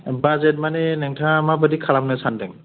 budget माने नोंथाङा माबादि खालामनो सानदों